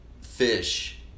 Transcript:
fish